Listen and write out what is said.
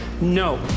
no